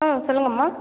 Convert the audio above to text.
ஆ சொல்லுங்கம்மா